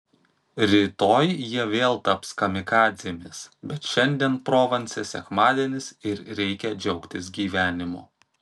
rytoj jie vėl taps kamikadzėmis bet šiandien provanse sekmadienis ir reikia džiaugtis gyvenimu